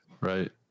Right